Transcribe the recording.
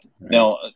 Now